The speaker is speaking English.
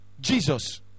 Jesus